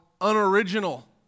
unoriginal